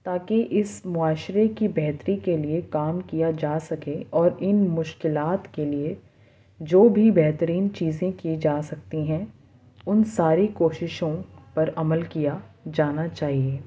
تا کہ اس معاشرے کی بہتری کے لیے کام کیا جا سکے اور ان مشکلات کے لیے جو بھی بہترین چیزیں کی جا سکتی ہیں ان ساری کوششوں پر عمل کیا جانا چاہیے